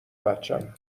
بچم